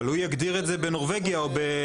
אבל הוא יגדיר את זה בנורבגיה או בפולין.